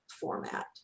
format